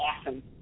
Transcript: awesome